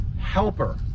helper